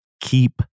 keep